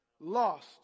lost